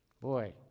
Boy